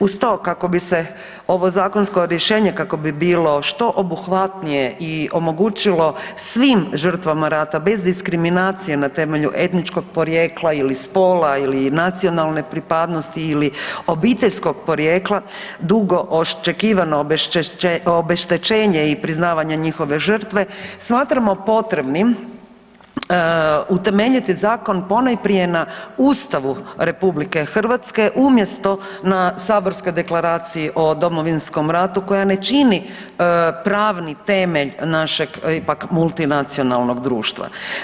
Uz to kako bi se ovo zakonsko rješenje kako bi bilo što obuhvatnije i omogućilo svim žrtvama rata bez diskriminacije na temelju etničkog porijekla ili spola ili nacionalne pripadnosti ili obiteljskog porijekla dugo očekivano obeštečenje i priznavanje njihove žrtve smatramo potrebnim utemeljiti zakon ponajprije na Ustavu RH umjesto na saborskoj Deklaraciji o Domovinskom ratu koja ne čini pravni temelj našeg ipak multinacionalnog društva.